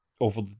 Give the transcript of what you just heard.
over